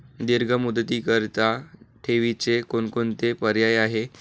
दीर्घ मुदतीकरीता ठेवीचे कोणकोणते पर्याय आहेत?